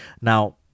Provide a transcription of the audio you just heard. Now